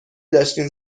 داشتین